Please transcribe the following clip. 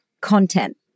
content